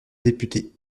député